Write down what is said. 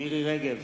מירי רגב,